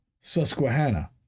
susquehanna